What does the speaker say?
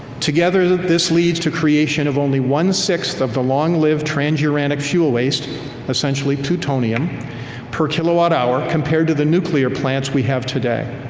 together, this leads to creation of only one sixth of the long-lived transuranic fuel waste essentially plutonium per kilowatt-hour, compared to the nuclear plants we have today.